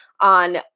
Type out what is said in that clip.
on